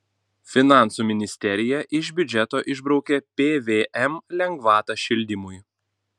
finansų ministerija iš biudžeto išbraukė pvm lengvatą šildymui